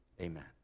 Amen